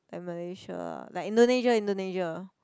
like Malaysia ah like Indonesia Indonesia